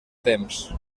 temps